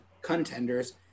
contenders